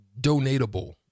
donatable